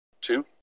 two